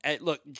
look